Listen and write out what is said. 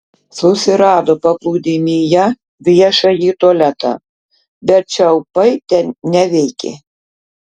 susirado paplūdimyje viešąjį tualetą bet čiaupai ten neveikė